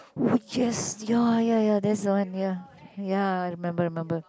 oh yes ya ya ya that's the one ya ya I remember I remember